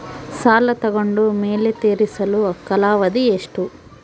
ಸಾಲ ತಗೊಂಡು ಮೇಲೆ ತೇರಿಸಲು ಕಾಲಾವಧಿ ಎಷ್ಟು?